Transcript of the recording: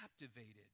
captivated